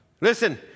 Listen